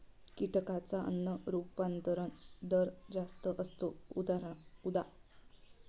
कीटकांचा अन्न रूपांतरण दर जास्त असतो, उदा